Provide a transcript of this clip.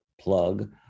plug